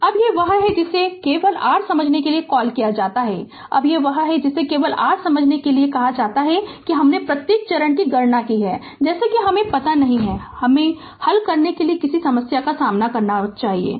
अब यह वह है जिसे केवल r समझने के लिए कॉल किया जाता है अब यह वह है जिसे केवल r समझने के लिए कहा जाता है कि हमने प्रत्येक चरण की गणना की है जैसे कि हमे पता नहीं है कि हमे हल करने के लिए किसी समस्या का सामना नहीं करना चाहिए